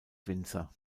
winzer